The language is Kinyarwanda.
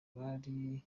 bari